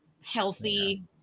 healthy